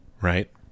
right